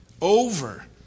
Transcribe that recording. Over